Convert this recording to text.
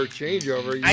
changeover